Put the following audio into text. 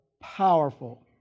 powerful